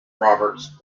roberts